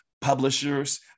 publishers